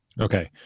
Okay